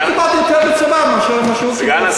אני קיבלתי יותר קולות בצבא ממה שהוא קיבל,